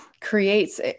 creates